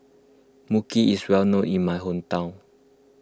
Mui Kee is well known in my hometown